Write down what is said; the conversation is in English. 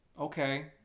okay